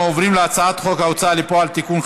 אנחנו עוברים להצעת חוק ההוצאה לפועל (תיקון,